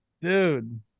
Dude